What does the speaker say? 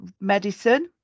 medicine